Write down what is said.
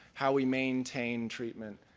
how we maintain treatment,